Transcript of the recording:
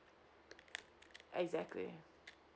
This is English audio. exactly